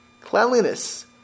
cleanliness